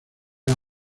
era